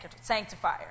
sanctifier